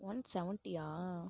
one செவன்டியா